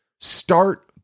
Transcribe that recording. Start